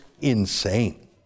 insane